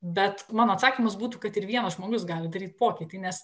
bet mano atsakymas būtų kad ir vienas žmogus gali daryt pokytį nes